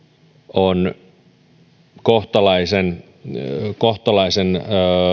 on kohtalaisen kohtalaisen